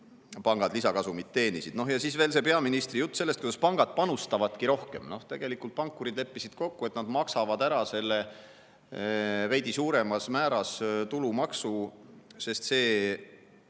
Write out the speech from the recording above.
pangad lisakasumit teenisid. No ja siis veel peaministri jutt sellest, et pangad panustavadki rohkem. Tegelikult pankurid leppisid kokku, et nad maksavad ära veidi suuremas määras tulumaksu, sest see